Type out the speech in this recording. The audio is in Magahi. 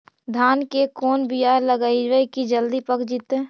धान के कोन बियाह लगइबै की जल्दी पक जितै?